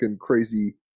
crazy